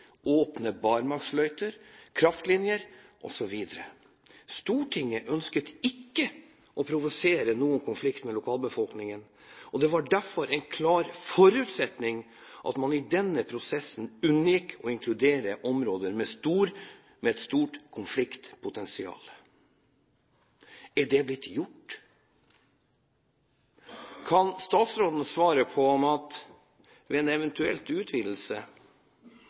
åpne barmarksløyper, kraftlinjer osv. Stortinget ønsket ikke å provosere fram noen konflikt med lokalbefolkningen, og det var derfor en klar forutsetning at man i denne prosessen unngikk å inkludere områder med et stort konfliktpotensial. Er det blitt gjort? Kan statsråden svare på – ved en eventuell utvidelse